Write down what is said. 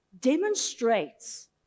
demonstrates